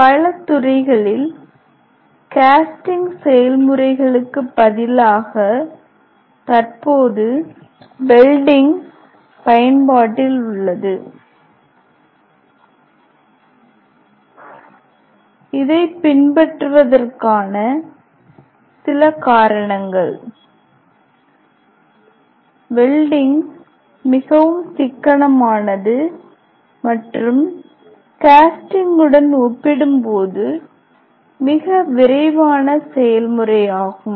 பல துறைகளில் கேஸ்டிங் செயல்முறைகளுக்கு பதிலாக தற்போது வெல்டிங் பயன்பாட்டில் உள்ளது இதை பின்பற்றுவதற்கான சில காரணங்கள் வெல்டிங் மிகவும் சிக்கனமானது மற்றும் கேஸ்டிங்குடன் ஒப்பிடும்போது மிக விரைவான செயல்முறையாகும்